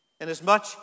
Inasmuch